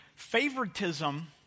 favoritism